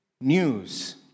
news